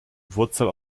wurzel